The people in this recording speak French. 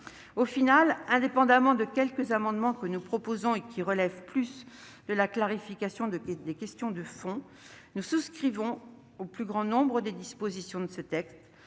question., indépendamment des quelques amendements que nous proposons, qui relèvent plus de la clarification que de questions de fond, nous souscrivons au plus grand nombre des dispositions de ce texte.